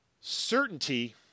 certainty